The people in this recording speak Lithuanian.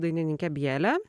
dainininke bjele